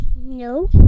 no